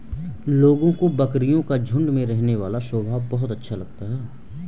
लोगों को बकरियों का झुंड में रहने वाला स्वभाव बहुत अच्छा लगता है